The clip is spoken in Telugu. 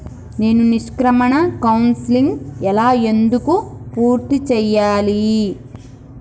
నేను నిష్క్రమణ కౌన్సెలింగ్ ఎలా ఎందుకు పూర్తి చేయాలి?